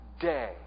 day